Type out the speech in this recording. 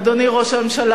אדוני ראש הממשלה,